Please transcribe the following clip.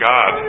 God